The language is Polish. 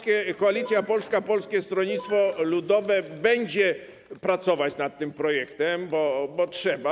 Klub Koalicja Polska - Polskie Stronnictwo Ludowe będzie pracować nad tym projektem, bo trzeba.